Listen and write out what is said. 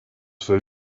food